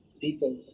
people